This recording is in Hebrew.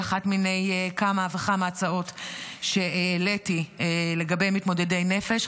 היא אחת מיני כמה וכמה הצעות שהעליתי לגבי מתמודדי נפש.